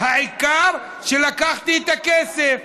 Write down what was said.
העיקר שלקחתי את הכסף.